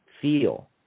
feel